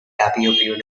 appeared